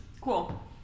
Cool